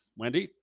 wendy,